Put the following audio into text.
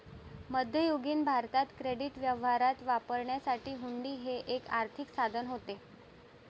मध्ययुगीन भारतात क्रेडिट व्यवहारात वापरण्यासाठी हुंडी हे एक आर्थिक साधन होते